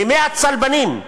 מימי הצלבנים,